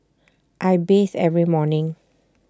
I bathe every morning